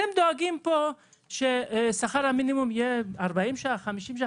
אתם דואגים פה ששכר המינימום יהיה 40 ש"ח, 50 ש"ח.